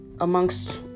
amongst